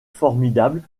formidable